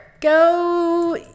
go